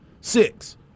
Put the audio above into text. six